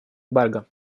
эмбарго